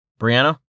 Brianna